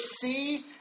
see